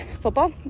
football